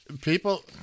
people